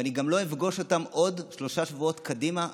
ואני גם לא אפגוש אותם עוד שלושה שבועות קדימה,